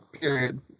period